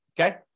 Okay